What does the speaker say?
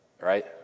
right